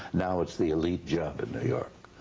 now it's the elite job in new york.